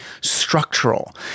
structural